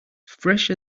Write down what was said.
fresh